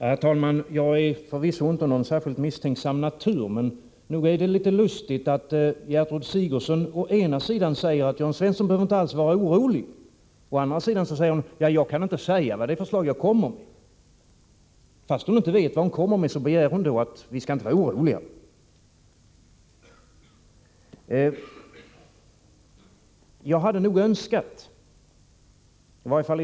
Herr talman! Jag är förvisso inte någon misstänksam natur, men nog är det litet lustigt att Gertrud Sigurdsen å ena sidan säger att Jörn Svensson inte alls behöver vara orolig och å andra sidan säger att hon inte kan tala om vad det är för förslag hon kommer att lägga fram. Trots att hon inte vet vilka förslag hon tänker komma med, så säger hon att vi inte skall vara oroliga.